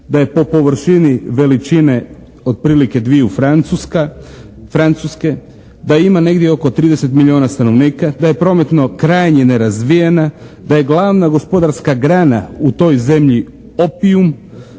da je po površini veličine otprilike dviju Francuske, da ima negdje oko 30 milijuna stanovnika, da je prometno krajnje nerazvijena, da je glavna gospodarska grana u toj zemlji opijum,